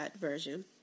Version